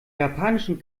japanischen